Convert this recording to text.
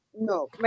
No